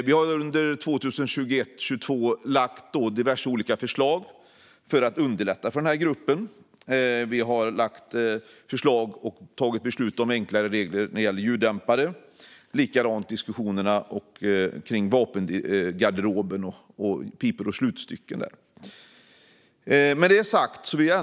Vi har under 2021 och 2022 lagt fram diverse förslag för att underlätta för denna grupp. Vi har lagt fram förslag och tagit beslut om enklare regler när det gäller ljuddämpare. Vi har också haft diskussioner om vapengarderoben och om pipor och slutstycken.